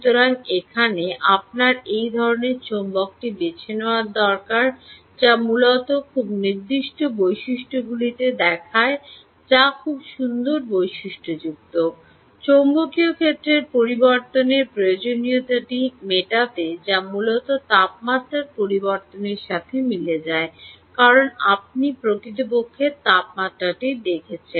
সুতরাং এখানে আপনার সেই ধরণের চৌম্বকটি বেছে নেওয়া দরকার যা মূলত খুব নির্দিষ্ট বৈশিষ্ট্যগুলিতে দেখায় যা খুব সুন্দর বৈশিষ্ট্যযুক্ত চৌম্বকীয় ক্ষেত্রের পরিবর্তনের প্রয়োজনীয়তাটি মেটাতে যা মূলত তাপমাত্রার পরিবর্তনের সাথে মিলে যায় কারণ আপনি প্রকৃতপক্ষে তাপমাত্রাটি দেখছেন